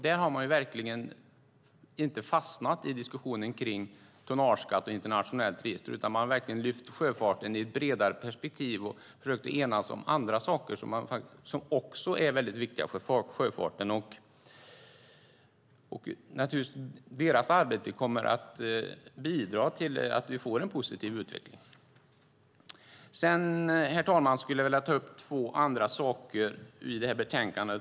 Där har man verkligen inte fastnat i diskussionen om tonnageskatt och internationellt register, utan man har lyft upp sjöfarten i ett bredare perspektiv och försökt enas om andra saker som också är väldigt viktiga för sjöfarten. Deras arbete kommer naturligtvis att bidra till att vi får en positiv utveckling. Herr talman! Jag skulle även vilja ta upp två andra saker i betänkandet.